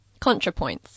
ContraPoints